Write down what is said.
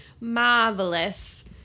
marvelous